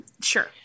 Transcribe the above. Sure